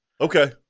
Okay